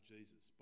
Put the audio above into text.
Jesus